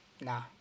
Nah